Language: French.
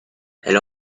elle